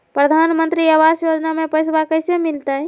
प्रधानमंत्री आवास योजना में पैसबा कैसे मिलते?